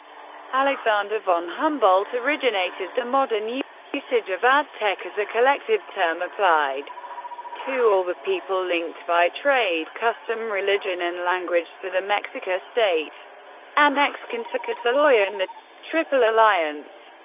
alexander von humboldt originated the modern yeah usage of aztec as a collective term applied to all the people linked by trade, custom, religion, and language to the mexica state and excan ah tlahtoloyan, the triple alliance.